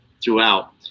throughout